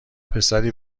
پسری